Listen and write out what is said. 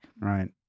Right